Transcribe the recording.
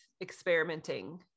experimenting